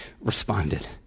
responded